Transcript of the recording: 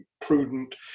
prudent